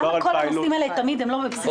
למה כל הנושאים האלה תמיד הם לא בבסיס התקציב?